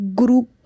group